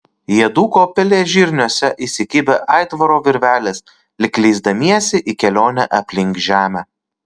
jie dūko pelėžirniuose įsikibę aitvaro virvelės lyg leisdamiesi į kelionę aplink žemę